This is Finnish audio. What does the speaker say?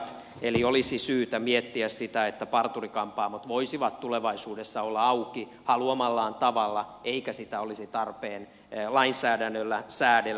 eli olisi syytä miettiä sitä että parturi kampaamot voisivat tulevaisuudessa olla auki haluamallaan tavalla eikä sitä olisi tarpeen lainsäädännöllä säädellä